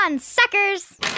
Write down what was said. Suckers